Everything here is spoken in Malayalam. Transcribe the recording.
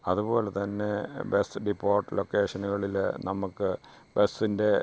അതുപോലെ തന്നെ ബസ്സ് ഡിപോട്ട് ലൊക്കേഷനുകളിൽ നമ്മൾക്ക് ബസ്സിൻ്റെ